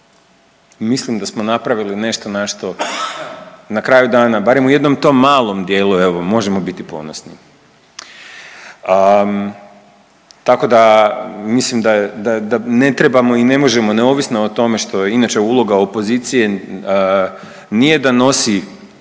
mislim da smo napravili nešto na što na kraju dana barem u jednom tom malom dijelu evo možemo biti ponosni. Tako da mislim da, da ne trebamo i ne možemo neovisno o tome što je inače uloga opozicije nije da nosi